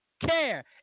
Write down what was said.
care